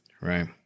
right